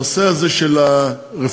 הנושא הזה של הרפורמות,